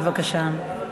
בבקשה.